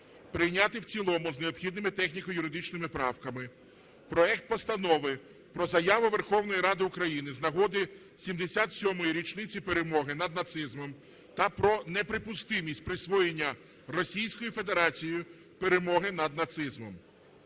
прийняти в цілому з необхідними техніко-юридичними правками проект Постанови про Заяву Верховної Ради України "З нагоди 77-ї річниці перемоги над нацизмом та про неприпустимість присвоєння Російською Федерацією перемоги над нацизмом"